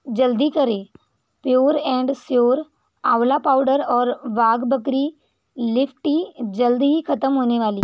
जल्दी करें pure and sure आंवला पाउडर और बाघ बकरी लीफ़ टी जल्द ही ख़त्म होने वाली है